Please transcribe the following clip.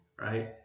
Right